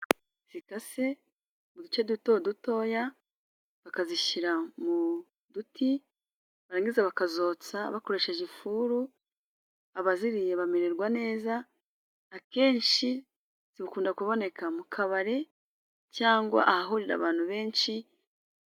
Inyama zikase uduce duto dutoya bakazishyira mu duti barangiza bakazotsa bakoresheje ifuru ,abaziriye bamererwa neza akenshi zikunda kuboneka mu kabari cyangwa ahahurira abantu benshi...